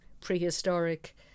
prehistoric